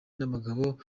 n’abagabo